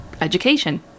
education